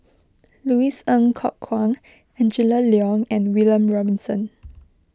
Louis Ng Kok Kwang Angela Liong and William Robinson